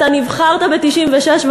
אתה נבחרת ב-1996,